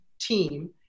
team